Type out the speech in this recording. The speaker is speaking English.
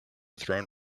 thrown